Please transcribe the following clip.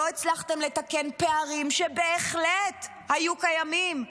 לא הצלחתם לתקן פערים שבהחלט היו קיימים,